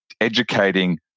educating